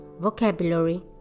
vocabulary